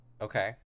Okay